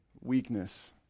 weakness